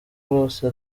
rwose